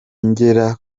ngera